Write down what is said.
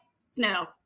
snow